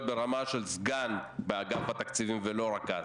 ברמה של סגן באגף התקציביים ולא רכז.